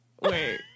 Wait